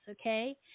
okay